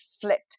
flipped